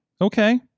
Okay